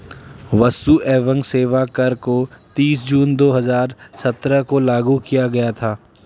वस्तु एवं सेवा कर को तीस जून दो हजार सत्रह को लागू किया गया था